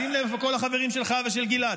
שים לב כל החברים שלך ושל גלעד.